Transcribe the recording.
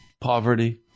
poverty